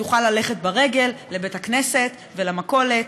תוכל ללכת ברגל לבית-הכנסת ולמכולת,